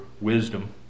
wisdom